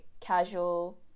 casual